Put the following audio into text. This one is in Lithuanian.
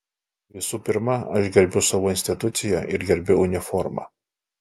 visų pirma aš gerbiu savo instituciją ir gerbiu uniformą